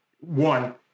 one